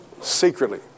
secretly